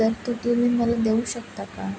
तर तो तुम्ही मला देऊ शकता का